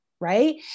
right